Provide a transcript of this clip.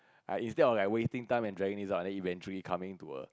I instead of like wasting time and dragging this out and then eventually coming to a